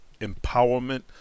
empowerment